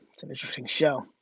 it's an interesting show.